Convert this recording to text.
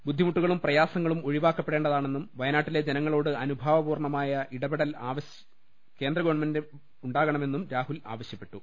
ബുദ്ധിമുട്ടുകളും പ്രയാസങ്ങളും ഒഴിവാക്ക പ്പെടേണ്ടതാണെന്നും വയനാട്ടിലെ ജനങ്ങളോട് അനുഭാവപൂർണ മായ ഇടപെടൽ കേന്ദ്ര ഗവൺമെന്റിൽ നിന്ന് ഉണ്ടാകണമെന്നും രാഹുൽ ആവശ്യപ്പെട്ടു